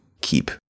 keep